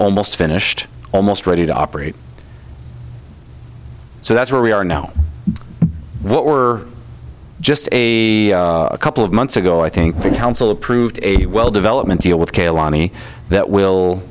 almost finished almost ready to operate so that's where we are now what we're just a couple of months ago i think the council approved a well development deal with